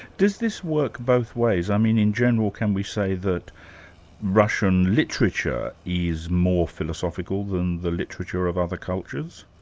does this work both ways? i mean in general can we say that russian literature is more philosophical than the literature of other cultures?